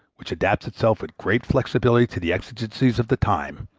which adapts itself with great flexibility to the exigencies of the time,